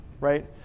right